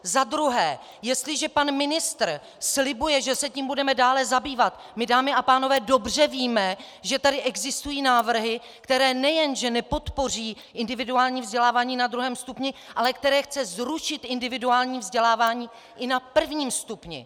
Za druhé: jestliže pan ministr slibuje, že se tím budeme dále zabývat, my, dámy a pánové, dobře víme, že tady existují návrhy, které nejenže nepodpoří individuální vzdělávání na druhém stupni, ale které chtějí zrušit individuální vzdělávání i na prvním stupni!